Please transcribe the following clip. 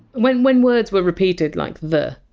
when when words were repeated, like the,